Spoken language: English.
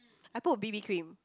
I put b_b-cream